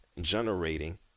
generating